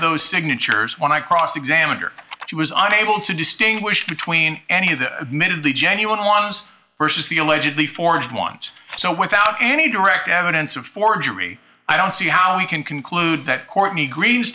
those signatures when i cross examined her she was unable to distinguish between any of the admitted the genuine ones versus the allegedly forged ones so without any direct evidence of forgery i don't see how we can conclude that courtney green